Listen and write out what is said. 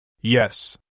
Yes